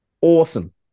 awesome